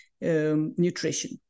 nutrition